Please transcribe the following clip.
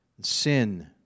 sin